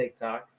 TikToks